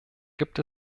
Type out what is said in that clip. gibt